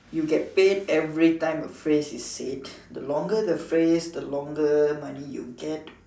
you get paid every time a phrase is said the longer the phrase the longer money you get